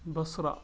بَصرا